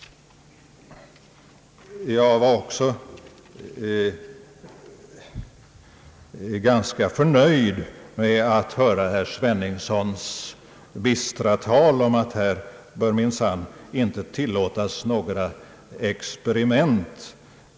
Jag var också ganska förnöjd att höra herr Sveningssons bistra tal att här bör minsann inte tillåtas några experiment.